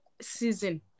season